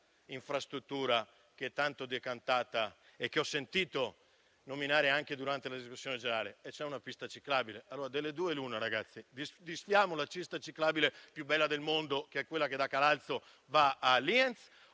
un'altra infrastruttura, tanto decantata e che ho sentito nominare anche durante la discussione generale, cioè una pista ciclabile. Allora delle due l'una: manteniamo la pista ciclabile più bella del mondo, quella che da Calalzo va a Lienz,